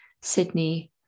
Sydney